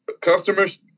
customers